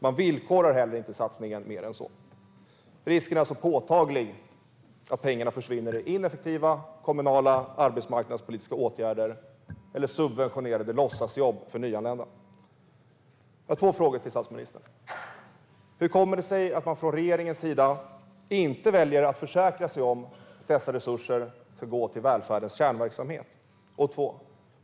Man villkorar heller inte satsningen mer än så. Risken är alltså påtaglig att pengarna försvinner i ineffektiva kommunala arbetsmarknadspolitiska åtgärder eller subventionerade låtsasjobb för nyanlända. Jag har två frågor till statsministern: Hur kommer det sig att man från regeringens sida inte väljer att försäkra sig om att dessa resurser ska gå till välfärdens kärnverksamhet?